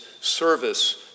service